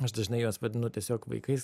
aš dažnai juos vadinu tiesiog vaikais